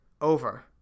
over